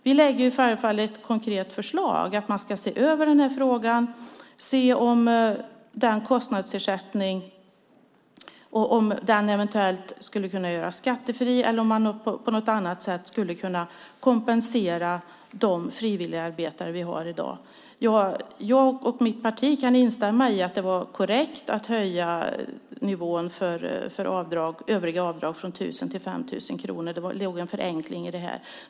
Vi lägger i alla fall fram ett konkret förslag om att man ska se över den här frågan, se över om kostnadsersättningen eventuellt skulle kunna göras skattefri eller om man på något annat sätt skulle kunna kompensera de frivilligarbetare vi har i dag. Jag och mitt parti kan instämma i att det var korrekt att höja nivån för övriga avdrag från 1 000 till 5 000 kronor. Det låg en förenkling i det.